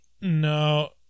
No